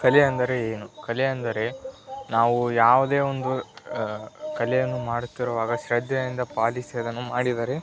ಕಲೆ ಅಂದರೆ ಏನು ಕಲೆ ಅಂದರೆ ನಾವು ಯಾವುದೇ ಒಂದು ಕಲೆಯನ್ನು ಮಾಡುತ್ತಿರುವಾಗ ಶ್ರದ್ಧೆಯಿಂದ ಪಾಲಿಸಿ ಅದನ್ನು ಮಾಡಿದರೆ